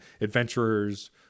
adventurers